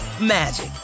magic